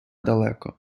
далеко